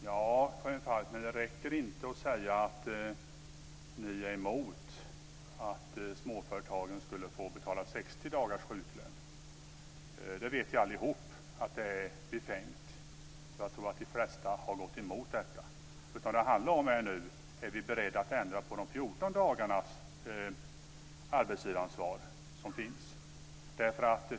Fru talman! Det räcker inte, Karin Falkmer, att säga att ni är emot att småföretagen skulle få betala 60 dagars sjuklön. Alla vet att det är befängt, och jag tror att de flesta har gått emot detta. Frågan gäller nu om vi är beredda att ändra på arbetsgivaransvaret för de 14 dagarna.